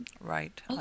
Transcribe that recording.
Right